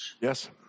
Yes